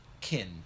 kin